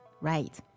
Right